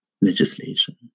legislation